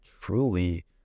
truly